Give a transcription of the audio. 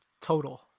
total